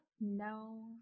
No